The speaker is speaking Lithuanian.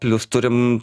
plius turim